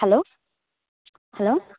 hello hello